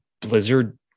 Blizzard